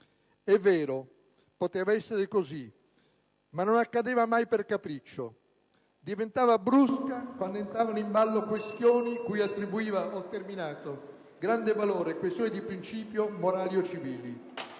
È vero, poteva essere così, ma non accadeva mai per capriccio. Diventava brusca quando entravano in ballo questioni cui attribuiva grande valore, questioni di principio, morali o civili.